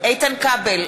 איתן כבל,